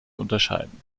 unterscheiden